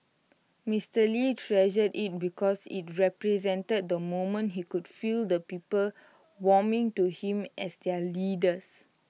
Mister lee treasured IT because IT represented the moment he could feel the people warming to him as their leaders